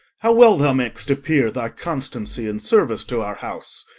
how well thou mak'st appear thy constancy in service to our house!